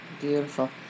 beautiful